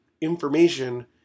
information